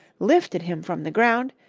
lifted him from the ground,